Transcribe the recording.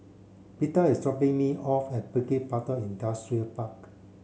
Beda is dropping me off at Bukit Batok Industrial Park